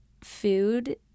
food